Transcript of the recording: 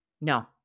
No